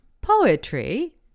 poetry